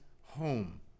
home